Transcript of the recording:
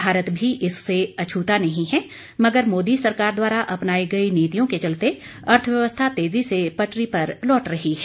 भारत भी इससे अछूता नहीं है मगर मोदी सरकार द्वारा अपनाई गई नीतियों के चलते अर्थव्यवस्था तेजी से पटरी पर लौट रही है